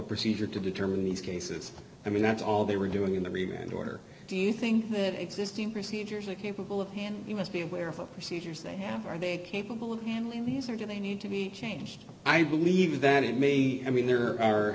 procedure to determine these cases i mean that's all they were doing in the review in order do you think that existing procedures are capable of handling you must be aware for seizures they have are they capable of handling these are going to need to be changed i believe that it may i mean there are